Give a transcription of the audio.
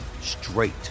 straight